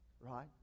right